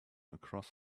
across